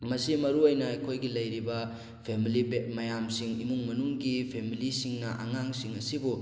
ꯃꯁꯤ ꯃꯔꯨ ꯑꯣꯏꯅ ꯑꯩꯈꯣꯏꯒꯤ ꯂꯩꯔꯤꯕ ꯐꯦꯃꯂꯤ ꯕꯦꯛ ꯃꯌꯥꯝꯁꯤꯡ ꯏꯃꯨꯡ ꯃꯅꯨꯡꯒꯤ ꯐꯦꯃꯂꯤꯁꯤꯡꯅ ꯑꯉꯥꯡꯁꯤꯡ ꯑꯁꯤꯕꯨ